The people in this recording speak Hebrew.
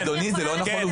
אדוני, זה לא נכון.